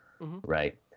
right